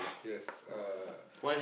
yes uh